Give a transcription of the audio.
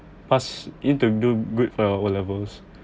pass need to do good for your o level